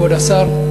כבוד השר,